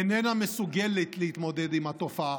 איננה מסוגלת להתמודד עם התופעה,